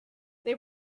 they